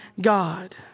God